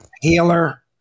healer